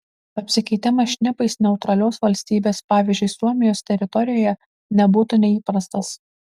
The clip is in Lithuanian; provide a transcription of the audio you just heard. apsikeitimas šnipais neutralios valstybės pavyzdžiui suomijos teritorijoje nebūtų neįprastas